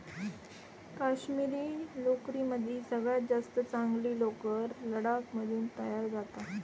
काश्मिरी लोकरीमदी सगळ्यात जास्त चांगली लोकर लडाख मधून तयार जाता